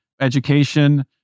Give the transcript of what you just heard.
education